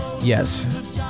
Yes